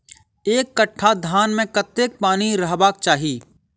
एक कट्ठा धान मे कत्ते पानि रहबाक चाहि?